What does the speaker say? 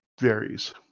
varies